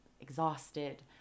exhausted